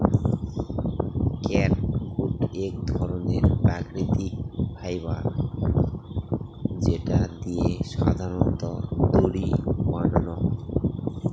catgut এক ধরনের প্রাকৃতিক ফাইবার যেটা দিয়ে সাধারনত দড়ি বানানো হয়